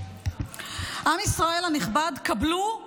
עם ישראל הנכבד, קבלו צ'יזבט.